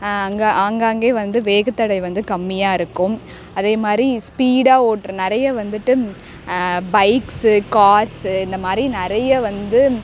அங்கே ஆங்காங்கே வந்து வேக தடை வந்து கம்மியாக இருக்கும் அதே மாதிரி ஸ்பீடாக ஓட்டுற நிறைய வந்துட்டு பைக்ஸ்ஸு கார்ஸ்ஸு இந்த மாதிரி நிறைய வந்து